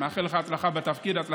לזקנה במסדרון זה לא משנה,